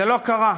וזה לא קרה.